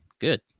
Good